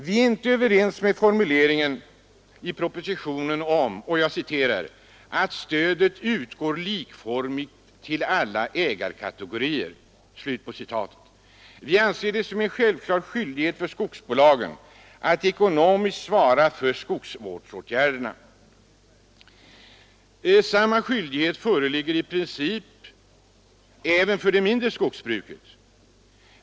Vi är inte överens med formuleringen i propositionen ”att stödet utgår likformigt till alla ägarkategorier”. Vi anser det som en självklar skyldighet för skogsbolagen att ekonomiskt svara för skogsvårdsåtgärderna. Samma skyldighet föreligger i princip även för det mindre skogsbruket.